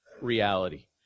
reality